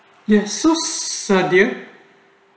you have so sadian